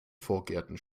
vorgärten